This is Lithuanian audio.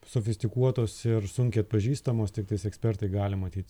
sofistikuotos ir sunkiai atpažįstamos tiktais ekspertai gali matyt